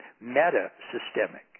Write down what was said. meta-systemic